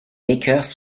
lakers